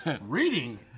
Reading